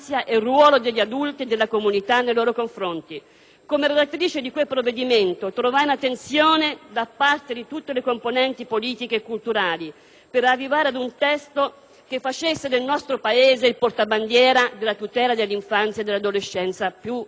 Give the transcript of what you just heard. Come relatrice di quel provvedimento riscontrai l'attenzione da parte di tutte le componenti politiche e culturali per arrivare ad un testo che facesse del nostro Paese il portabandiera della tutela dell'infanzia e dell'adolescenza più disgraziate, più sfortunate, più depredate.